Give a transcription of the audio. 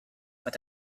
but